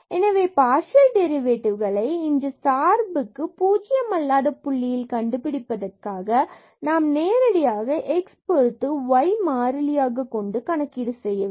எனவே பார்சியல் டெரிவேட்டிவ்களை இன்று சார்புக்கு 0 அல்லாத புள்ளியில் கண்டுபிடிப்பதற்காக நாம் நேரடியாக x பொறுத்து y மாறிலியாக கொண்டு கணக்கீடு செய்ய வேண்டும்